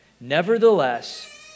nevertheless